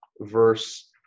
verse